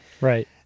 Right